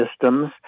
systems